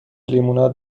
لیموناد